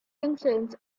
concerns